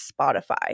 Spotify